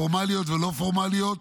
פורמליים ולא פורמליים,